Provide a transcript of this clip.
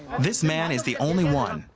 this man is the only one.